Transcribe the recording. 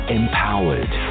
empowered